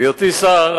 בהיותי שר,